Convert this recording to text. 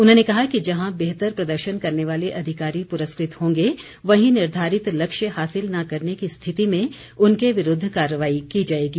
उन्होंने कहा कि जहां बेहतर प्रदर्शन करने वाले अधिकारी पुरस्कृत होंगे वहीं निर्धारित लक्ष्य हासिल न करने की स्थिति में उनके विरूद्व कार्रवाई की जाएगी